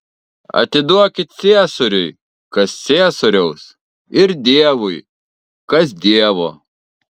atiduokit ciesoriui kas ciesoriaus ir dievui kas dievo